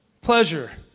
pleasure